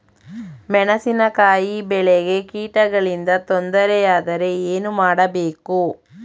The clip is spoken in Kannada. ಮೆಣಸಿನಕಾಯಿ ಬೆಳೆಗೆ ಕೀಟಗಳಿಂದ ತೊಂದರೆ ಯಾದರೆ ಏನು ಮಾಡಬೇಕು?